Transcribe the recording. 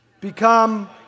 become